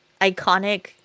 iconic